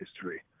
history